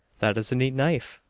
that is a neat knife,